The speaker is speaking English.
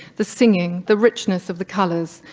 the singing, the richness of the colors,